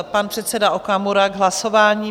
Pan předseda Okamura k hlasování.